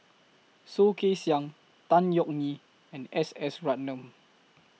Soh Kay Siang Tan Yeok Nee and S S Ratnam